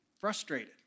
frustrated